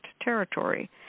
territory